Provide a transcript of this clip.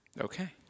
Okay